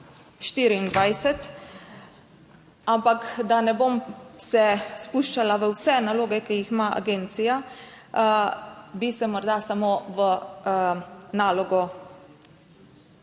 24, ampak da ne bom se spuščala v vse naloge, ki jih ima agencija, bi se morda samo v nalogo